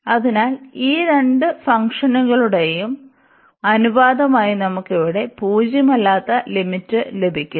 അതിനാൽ ഈ രണ്ട് ഫംഗ്ഷനുകളുടെയും അനുപാതമായി നമുക്ക് ഇവിടെ പൂജ്യമല്ലാത്ത ലിമിറ്റ് ലഭിക്കുന്നു